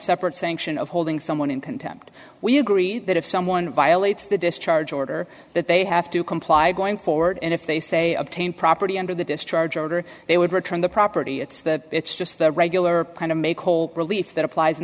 separate sanction of holding someone in contempt we agree that if someone violates the discharge order that they have to comply going forward and if they say obtain property under the discharge order they would return the property it's that it's just the regular kind of make whole relief that applies in